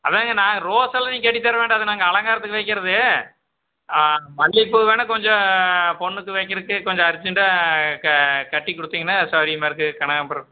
அதான்ங்க நாங்கள் ரோஸெல்லாம் நீங்கள் கட்டித்தர வேண்டாம் அது நாங்கள் அலங்காரத்துக்கு வைக்கிறது மல்லிகைப்பூ வேணுனா கொஞ்சம் பொண்ணுக்கு வைக்கிறதுக்கு கொஞ்சம் அர்ஜெண்டாக கட்டி கொடுத்தீங்கன்னா அது சவுகரியமா இருக்கும் கனகாம்பரம்